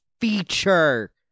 feature